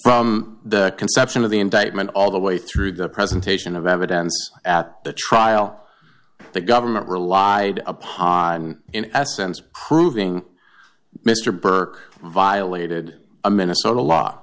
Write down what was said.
from the conception of the indictment all the way through the presentation of evidence at the trial the government relied upon in essence proving mr burke violated a minnesota law